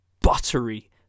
buttery